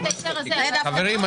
חברים,